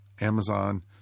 Amazon